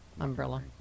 umbrella